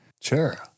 Sure